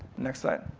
next slide.